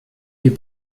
les